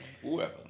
whoever